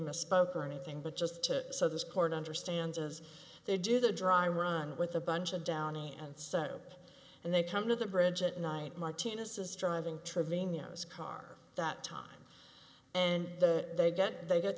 misspoke or anything but just to so this court understands as they do the dry run with a bunch of downey and set up and they come to the bridge at night mightiness is driving trevino's car that time and the they get they get